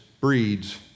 breeds